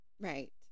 Right